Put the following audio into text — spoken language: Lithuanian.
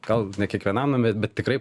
gal ne kiekvienam nu bet bet tikrai